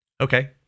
Okay